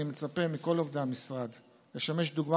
אני מצפה מכל עובדי המשרד לשמש דוגמה